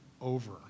over